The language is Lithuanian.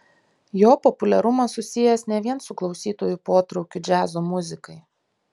jo populiarumas susijęs ne vien su klausytojų potraukiu džiazo muzikai